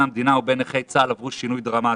המדינה לבין נכי צה"ל עברו שינוי דרמטי.